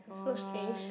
is so strange